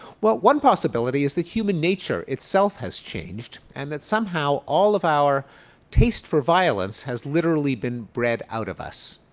but one possibility is that human nature itself has changed and that somehow all of our taste for violence has literally been bred out of us.